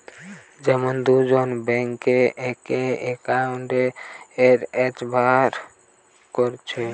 যখন দুজন মিলে বেঙ্কে একই একাউন্ট ব্যাভার কোরছে